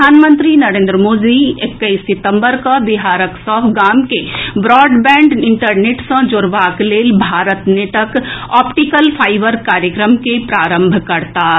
प्रधानमंत्री नरेंद्र मोदी एक्कैस सितंबर कऽ बिहारक सभ गाम के ब्रॉडबैंड इंटरनेट सँ जोड़बाक लेल भारत नेटक ऑप्टिकल फाईबर कार्यक्रम के प्रारंभ करताह